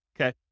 okay